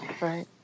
Right